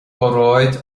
óráid